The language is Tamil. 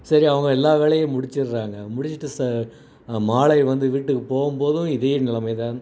சரி அவங்க எல்லா வேலையும் முடிச்சிடுறாங்க முடிச்சுட்டு மாலை வந்து வீட்டுக்கு போகும்போதும் இதே நிலைமை தான்